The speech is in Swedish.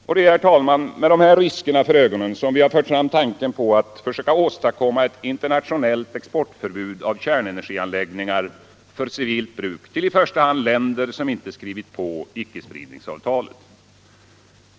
Det är, herr talman, med dessa risker för ögonen som vi har fört fram tanken på att försöka åstadkomma ett internationellt exportförbud för kärnenergianläggningar för civilt bruk till i första hand länder som inte skrivit på icke-spridningsavtalet.